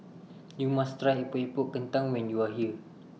YOU must Try Epok Epok Kentang when YOU Are here